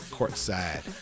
Courtside